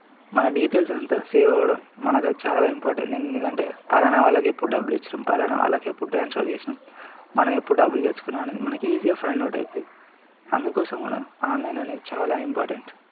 మన డీటెయిల్స్ అంతా సేవ్ అవ్వడం మనకు అది చాలా ఇంపార్టెంట్ ఎందుకంటే ఫలానా వాళ్ళకు ఎప్పుడు డబ్బులు ఇచ్చినాం ఫలానా వాళ్ళకి ఎప్పుడు ట్రాన్స్ఫర్ చేసినాం మనం ఎప్పుడు డబ్బులు తెచ్చుకున్నాం అనేది మనకి ఈజీగా ఫైండ్ అవుట్ అవుతుంది అందుకోసం మనం ఆన్లైన్ అనేది చాలా ఇంపార్టెంట్